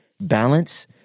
balance